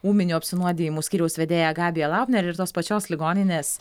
ūminių apsinuodijimų skyriaus vedėja gabija laubner ir tos pačios ligoninės